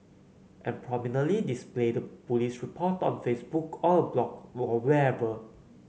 and prominently display the police report on Facebook or a blog or wherever